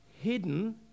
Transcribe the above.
hidden